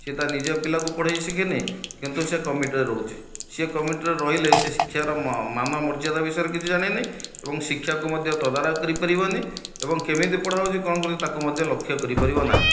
ସେ ତା ନିଜ ପିଲାକୁ ପଢ଼ାଇ ଶିଖେନି କିନ୍ତୁ ସେ କମିଟିରେ ରହୁଛି ସେ କମିଟିରେ ରହିଲେ ସେ ଶିକ୍ଷାର ମାନ ମର୍ଯ୍ୟାଦା ବିଷୟରେ କିଛି ଜାଣେନି ଏବଂ ଶିକ୍ଷାକୁ ମଧ୍ୟ ତଦାର କରିପାରିବନି ଏବଂ କେମିତି ପଢ଼ା ହେଉଛି କ'ଣ କରୁଛି ତାକୁ ମଧ୍ୟ ଲକ୍ଷ୍ୟ କରିପାରିବାନାହିଁ